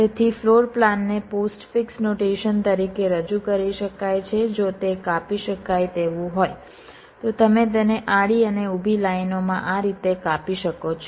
તેથી ફ્લોરપ્લાનને postfix notation તરીકે રજૂ કરી શકાય છે જો તે કાપી શકાય તેવું હોય તો તમે તેને આડી અને ઊભી લાઇનોમાં આ રીતે કાપી શકો છો